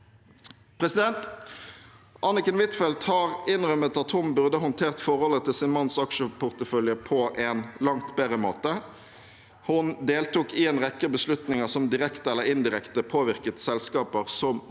Anniken Huitfeldt har innrømmet at hun burde håndtert forholdet til sin manns aksjeportefølje på en langt bedre måte. Hun deltok i en rekke beslutninger som direkte eller indirekte påvirket selskaper hennes